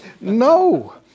No